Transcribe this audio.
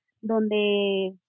donde